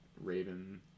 Raven